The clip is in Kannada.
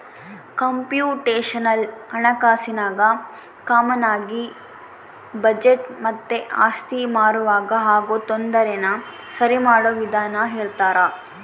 ಕಂಪ್ಯೂಟೇಶನಲ್ ಹಣಕಾಸಿನಾಗ ಕಾಮಾನಾಗಿ ಬಜೆಟ್ ಮತ್ತೆ ಆಸ್ತಿ ಮಾರುವಾಗ ಆಗೋ ತೊಂದರೆನ ಸರಿಮಾಡೋ ವಿಧಾನ ಹೇಳ್ತರ